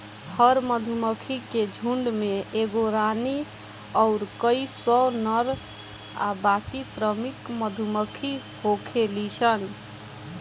हर मधुमक्खी के झुण्ड में एगो रानी अउर कई सौ नर आ बाकी श्रमिक मधुमक्खी होखेली सन